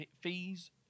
fees